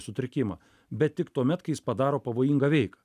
sutrikimą bet tik tuomet kai jis padaro pavojingą veiką